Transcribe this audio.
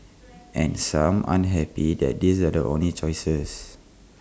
and some aren't happy that these are the only choices